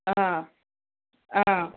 অঁ অঁ